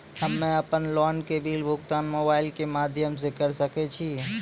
हम्मे अपन लोन के बिल भुगतान मोबाइल के माध्यम से करऽ सके छी?